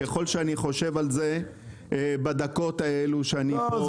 ככל שאני חושב על זה בדקות האלה שאני פה,